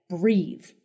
breathe